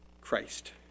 Christ